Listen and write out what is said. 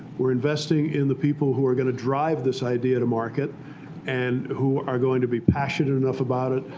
we're investing in the people who are going to drive this idea to market and who are going to be passionate enough about it,